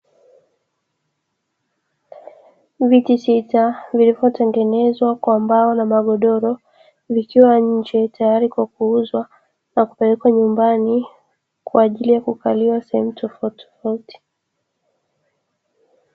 Viti sita vilivyotengenezwa kwa mbao na magodoro, vikiwa nje tayari kwa kuuzwa na kupelekwa nyumbani kwaajili ya kukaliwa sehemu tofautitofauti.